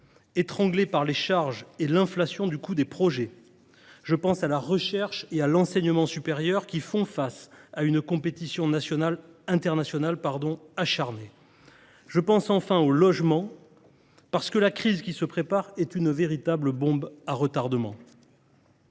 étranglées par les charges et l’inflation du coût des projets. Je pense à la recherche et à l’enseignement supérieur, confrontés à une compétition internationale acharnée. Je pense enfin au logement, parce que la crise qui se prépare est une véritable bombe à retardement.